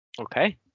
Okay